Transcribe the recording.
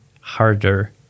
harder